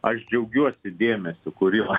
aš džiaugiuosi dėmesiu kuriuo